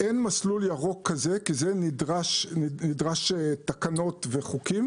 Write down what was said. אין מסלול ירוק כזה, כי נדרש תקנות וחוקים.